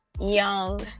young